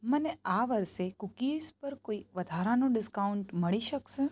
મને આ વર્ષે કૂકીઝ પર કોઈ વધારાનું ડિસ્કાઉન્ટ મળી શકશે